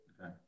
Okay